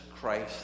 Christ